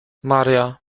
maria